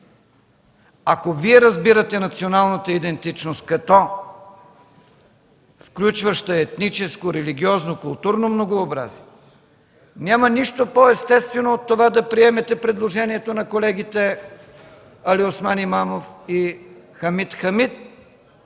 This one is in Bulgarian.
Ако Вие разбирате националната идентичност като включваща етническо, религиозно и културно многообразие, няма нищо по-естествено от това да приемете предложението на колегите Алиосман Имамов и Хамид Хамид